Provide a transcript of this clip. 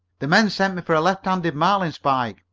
the men sent me for a left-handed marlinspike,